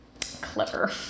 clever